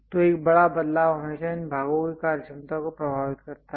तो एक बड़ा बदलाव हमेशा इन भागों की कार्यक्षमता को प्रभावित करता है